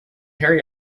harry